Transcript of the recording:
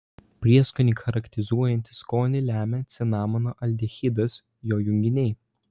prieskonį charakterizuojantį skonį lemia cinamono aldehidas jo junginiai